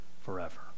forever